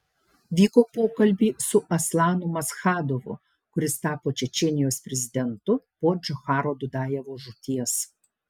vyko pokalbiai su aslanu maschadovu kuris tapo čečėnijos prezidentu po džocharo dudajevo žūties